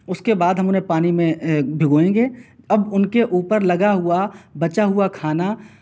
اس کے بعد ہم انہیں پانی میں بھگوئیں گے اب ان کے اوپر لگا ہوا بچا ہوا کھانا